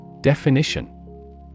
Definition